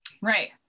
Right